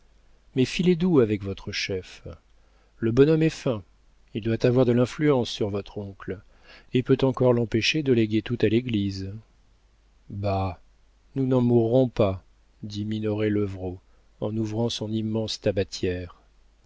mais filez doux avec votre chef le bonhomme est fin il doit avoir de l'influence sur votre oncle et peut encore l'empêcher de léguer tout à l'église bah nous n'en mourrons pas dit minoret levrault en ouvrant son immense tabatière